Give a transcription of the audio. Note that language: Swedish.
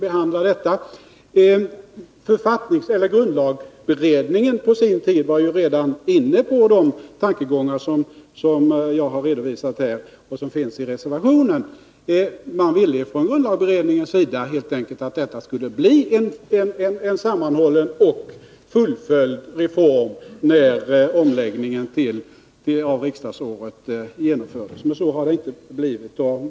Grundlagberedningen var också redan på sin tid inne på de tankegångar som jag redovisat här och som finns i reservationen. Man ville från grundlagberedningens sida, när omläggningen av riksdagsåret genomfördes, att reformen skulle bli sammanhållen och fullföljd. Men så har det inte blivit.